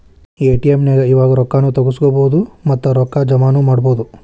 ATM ನ್ಯಾಗ್ ಇವಾಗ ರೊಕ್ಕಾ ನು ತಗ್ಸ್ಕೊಬೊದು ಮತ್ತ ರೊಕ್ಕಾ ಜಮಾನು ಮಾಡ್ಬೊದು